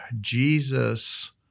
Jesus